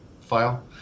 file